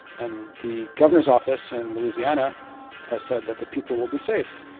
and the governor's office in louisiana has said that the people will be safe,